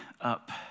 up